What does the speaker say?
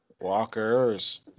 Walkers